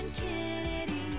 Kennedy